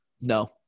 No